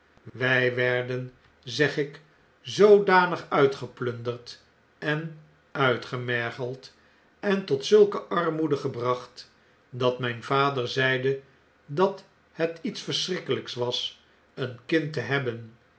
wjj werden zeg ik zoodanig uitgeplunderd en uitgemergeld en tot zulke armoede gebracht dat mh'n vader zeide dat het iets verschrikkeljjks was een kind te hebben